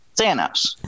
Thanos